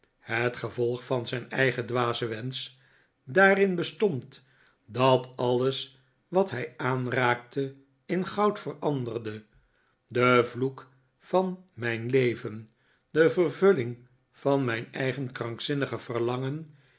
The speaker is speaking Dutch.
bestond dat alles wat hij aanraakte in goud veranderde de vloek van mijn leven de vervulling van mijn eigen krankzinnige verlangen